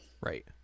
Right